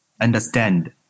understand